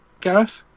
Gareth